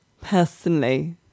Personally